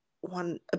one